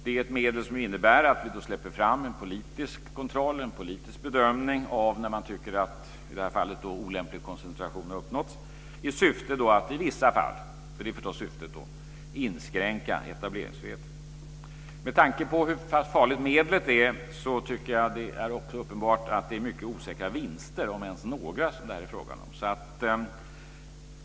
Det är ett medel som innebär att vi släpper fram en politisk kontroll och bedömning av när man tycker att en olämplig koncentration har uppnåtts, i syfte att i vissa fall - för det är förstås syftet - inskränka etableringsfriheten. Med tanke på hur pass farligt medlet är tycker jag att det är uppenbart att det är mycket osäkra vinster, om ens några, det är fråga om.